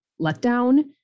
letdown